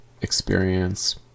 experience